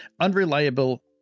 unreliable